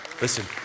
listen